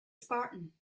spartan